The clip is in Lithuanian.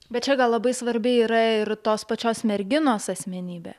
bet čia gal labai svarbi yra ir tos pačios merginos asmenybė